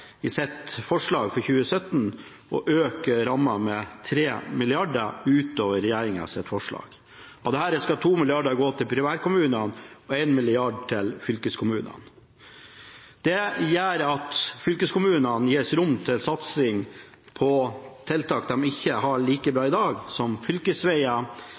i sitt forslag for 2017 å øke rammen med 3 mrd. kr utover regjeringens forslag. Av dette går 2 mrd. kr til primærkommunene og 1 mrd. kr til fylkeskommunene. Det gjør at fylkeskommunene gis rom til satsing på tiltak på områder hvor det ikke er det like bra i dag, som